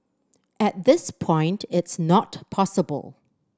at this point it's not possible